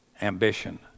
ambition